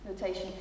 notation